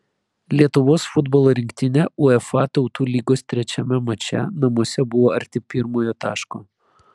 lietuvos futbolo rinktinė uefa tautų lygos trečiame mače namuose buvo arti pirmojo taško